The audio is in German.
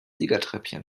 siegertreppchen